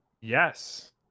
Yes